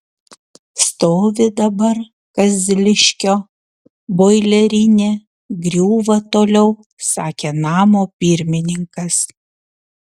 stovi dabar kazliškio boilerinė griūva toliau sakė namo pirmininkas